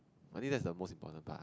I think that's the most important part